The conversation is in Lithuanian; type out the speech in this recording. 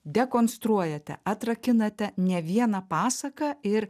dekonstruojate atrakinate ne vieną pasaką ir